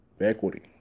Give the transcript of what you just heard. equity